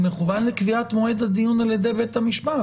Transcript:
הוא מכוון לקביעת מועד הדיון על-ידי בית המשפט,